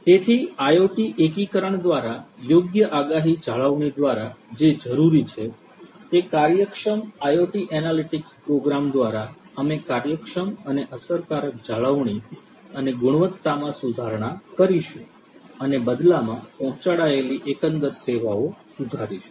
તેથી IoT એકીકરણ દ્વારા યોગ્ય આગાહી જાળવણી દ્વારા જે જરૂરી છે તે કાર્યક્ષમ IoT એનાલિટિક્સ પ્રોગ્રામ દ્વારા અમે કાર્યક્ષમ અને અસરકારક જાળવણી અને ગુણવત્તામાં સુધારણા કરીશું અને બદલામાં પહોંચાડાયેલી એકંદર સેવાઓ સુધારીશું